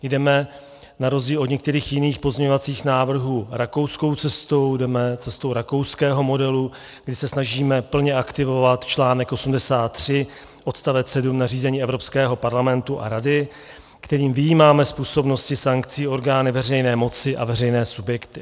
Jdeme na rozdíl od jiných pozměňovacích návrhů rakouskou cestou, jdeme cestou rakouského modelu, kdy se snažíme plně aktivovat článek 83 odst. 7 nařízení Evropského parlamentu a Rady, kterým vyjímáme z působnosti sankcí orgány veřejné moci a veřejné subjekty.